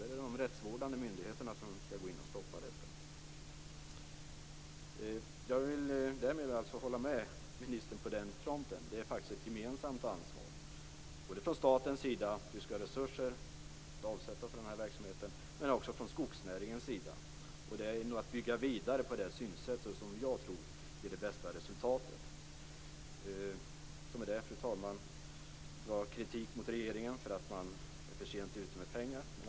Det är de rättsvårdande myndigheterna som skall stoppa detta. Jag håller alltså med miljöministern på den fronten. Det är faktiskt ett gemensamt ansvar både från statens sida, så att vi får resurser att avsätta för den här verksamheten, men också från skogsnäringens sida. Det gäller nu att bygga vidare på det synsätt som jag tror ger det bästa resultatet. Fru talman! Det var kritik mot regeringen för att man är ute försent när det gäller pengar.